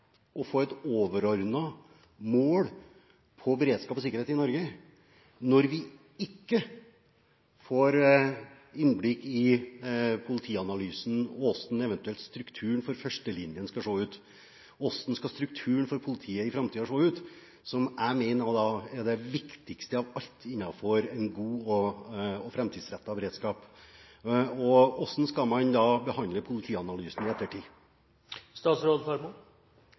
å få et overordnet mål på beredskap og sikkerhet i Norge når vi ikke får innblikk i politianalysen, og hvordan eventuelt strukturen for førstelinjen skal se ut? Hvordan skal strukturen for politiet i framtiden se ut? Jeg mener dette er det viktigste av alt innenfor en god og framtidsrettet beredskap. Hvordan skal man da behandle politianalysen i